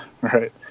Right